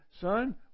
Son